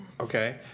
Okay